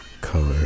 color